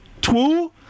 two